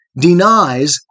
denies